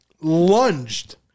lunged